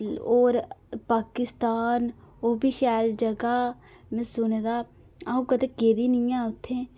और पाकिस्तान ओह्बी शैल जगह में सुने दा अऊं कदें गेदी नेईं आं उत्थै